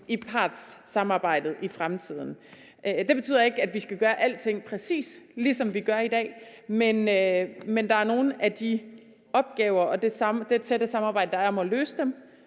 i partssamarbejdet i fremtiden. Det betyder ikke, at vi skal gøre alting, præcis ligesom vi gør i dag, men i nogle af de opgaver og i det tætte samarbejde, der er om at løse dem,